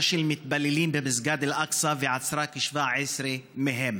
של מתפללים במסגד אל-אקצא ועצרו כ-17 מהם.